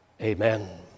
Amen